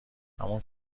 همون